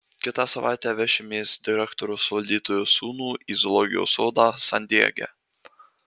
kitą savaitę vešimės direktoriaus valdytojo sūnų į zoologijos sodą san diege